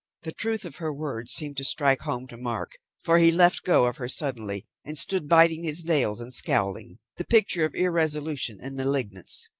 the truth of her words seemed to strike home to mark, for he left go of her suddenly, and stood, biting his nails and scowling, the picture of irresolution and malignance.